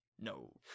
No